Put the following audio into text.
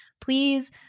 please